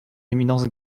éminence